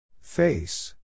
Face